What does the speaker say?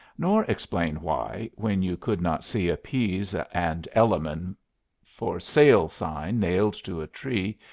nor explain why, when you could not see a pease and elliman for sale sign nailed to a tree,